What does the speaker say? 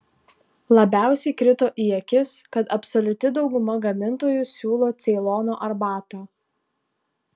labiausiai krito į akis kad absoliuti dauguma gamintojų siūlo ceilono arbatą